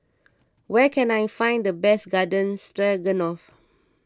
where can I find the best Garden Stroganoff